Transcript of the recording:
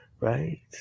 right